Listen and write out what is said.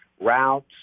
Routes